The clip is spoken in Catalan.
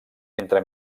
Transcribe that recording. entre